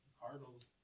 Cardinals